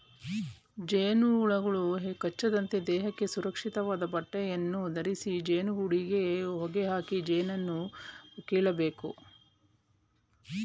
ಜೇನುಹುಳುಗಳು ಕಚ್ಚದಂತೆ ದೇಹಕ್ಕೆ ಸುರಕ್ಷಿತವಾದ ಬಟ್ಟೆಯನ್ನು ಧರಿಸಿ ಜೇನುಗೂಡಿಗೆ ಹೊಗೆಯಾಕಿ ಜೇನನ್ನು ಕೇಳಬೇಕು